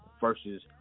versus